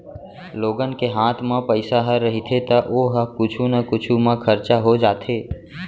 लोगन के हात म पइसा ह रहिथे त ओ ह कुछु न कुछु म खरचा हो जाथे